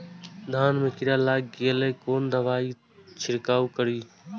धान में कीरा लाग गेलेय कोन दवाई से छीरकाउ करी?